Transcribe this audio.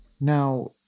Now